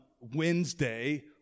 Wednesday